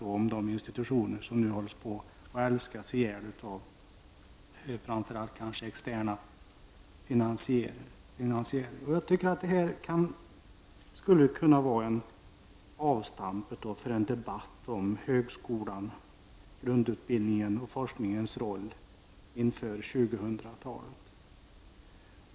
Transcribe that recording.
Dessutom talade han om institutioner som nu håller på att älskas ihjäl av framför allt externa finansiärer. Jag tycker att detta skulle kunna vara en av stamp för en debatt om högskolan, om grundutbildningens och forskningens roll inför 2000-talet.